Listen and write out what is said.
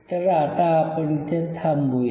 तर आता आपण इथे थांबूया